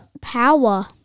power